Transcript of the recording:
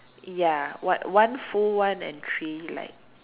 ya one one full one and three like